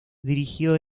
dirigió